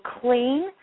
clean